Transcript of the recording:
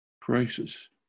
crisis